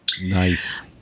Nice